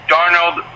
Darnold